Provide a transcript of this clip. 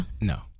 No